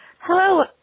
Hello